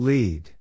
Lead